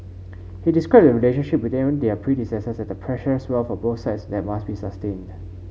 he described the relationship between their predecessors as the precious wealth of both sides that must be sustained